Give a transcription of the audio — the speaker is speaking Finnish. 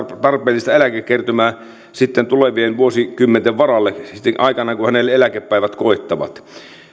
tarpeellista eläkekertymää tulevien vuosikymmenten varalle sitten aikanaan kun hänelle eläkepäivät koittavat